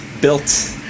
Built